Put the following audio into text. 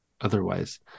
Otherwise